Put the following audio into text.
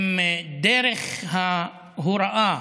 עם דרך ההוראה,